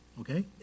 Okay